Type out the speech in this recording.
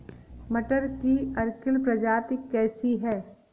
मटर की अर्किल प्रजाति कैसी है?